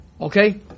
okay